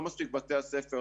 לא מספיק שאין בתי ספר,